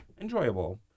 enjoyable